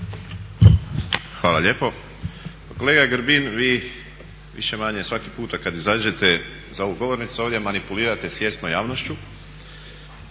Hvala lijepo. Kolega Grbin, vi više-manje svaki puta kad izađete za ovu govornicu ovdje manipulirate svjesno javnošću